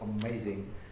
amazing